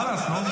חלאס, נו.